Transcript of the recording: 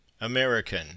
American